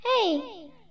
Hey